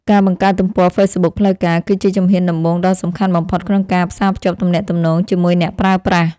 ការបង្កើតទំព័រហ្វេសប៊ុកផ្លូវការ គឺជាជំហានដំបូងដ៏សំខាន់បំផុតក្នុងការផ្សារភ្ជាប់ទំនាក់ទំនងជាមួយអ្នកប្រើប្រាស់។